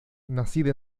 nacida